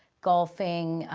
golfing,